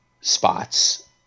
spots